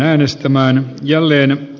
kannatan ed